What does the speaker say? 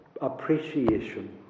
appreciation